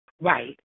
right